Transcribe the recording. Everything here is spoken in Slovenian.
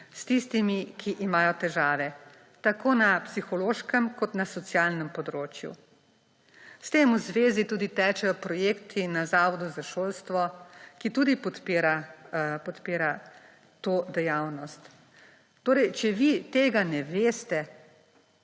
s tistimi, ki imajo težave tako na psihološkem kot na socialnem področju. S tem v zvezi tudi tečejo projekti na Zavodu za šolstvo, ki tudi podpira to dejavnost. Torej, če vi tega ne veste,